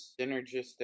synergistic